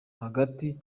hagati